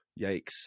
Yikes